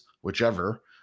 whichever